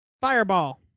Fireball